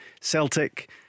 Celtic